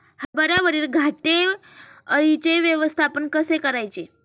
हरभऱ्यावरील घाटे अळीचे व्यवस्थापन कसे करायचे?